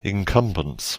incumbents